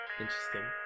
interesting